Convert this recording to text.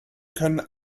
können